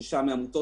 שהזכרנו עכשיו.